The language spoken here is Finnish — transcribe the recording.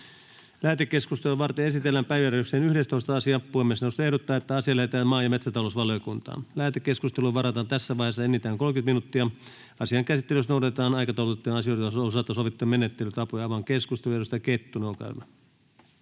Lähetekeskustelua varten esitellään päiväjärjestyksen 12. asia. Puhemiesneuvosto ehdottaa, että asia lähetetään maa- ja metsätalousvaliokuntaan. Lähetekeskusteluun varataan tässä vaiheessa enintään 30 minuuttia. Asian käsittelyssä noudatetaan aikataulutettujen asioiden osalta sovittuja menettelytapoja. — Avaan keskustelun. Edustaja